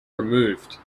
removed